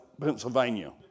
Pennsylvania